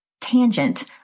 tangent